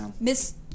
miss